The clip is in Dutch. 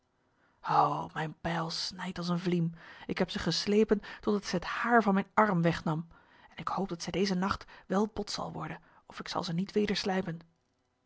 ho mijn bijl snijdt als een vliem ik heb ze geslepen totdat zij het haar van mijn arm wegnam en ik hoop dat zij deze nacht wel bot zal worden of ik zal ze niet weder slijpen